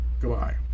Goodbye